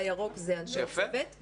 והירוק זה אנשי הצוות.